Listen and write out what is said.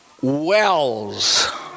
wells